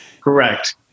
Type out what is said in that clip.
Correct